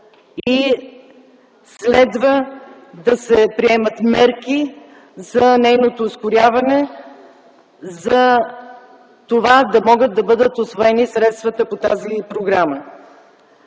и следва да се приемат мерки за нейното ускоряване, за да могат да бъдат усвоени средствата по тази програма.